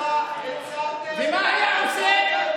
ומה היה עושה?